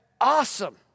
awesome